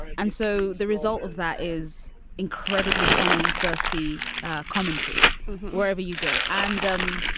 and so the result of that is incredibly funny, thirsty commentary wherever you go. and um